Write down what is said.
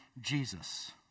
Jesus